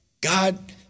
God